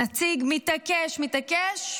הנציג מתעקש, מתעקש,